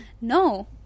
no